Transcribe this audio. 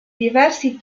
diversi